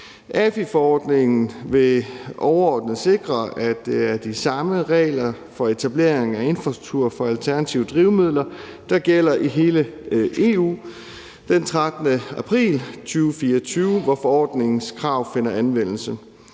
AFI-forordningen vil overordnet sikre, at det er de samme regler for etablering af infrastruktur for alternative drivmidler, der gælder i hele EU fra den 13. april 2024, hvor forordningens krav finder anvendelse.